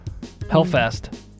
Hellfest